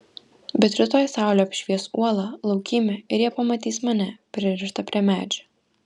bet rytoj saulė apšvies uolą laukymę ir jie pamatys mane pririštą prie medžio